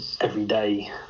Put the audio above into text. everyday